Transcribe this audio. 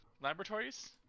Laboratories